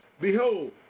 Behold